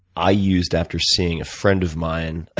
i used after seeing a friend of mine